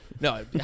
no